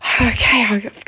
okay